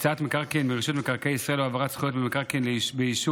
הקצאת מקרקעין מרשות מקרקעי ישראל או העברת זכות במקרקעין ביישוב